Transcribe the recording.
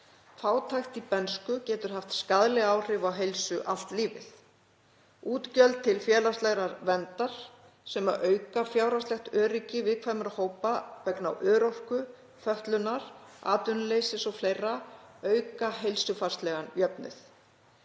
Fátækt í bernsku getur haft skaðleg áhrif á heilsu allt lífið. Útgjöld til félagslegrar verndar sem auka fjárhagslegt öryggi viðkvæmra hópa vegna örorku, fötlunar, atvinnuleysis o.fl. auka heilsufarslegan jöfnuð.“